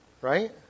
Right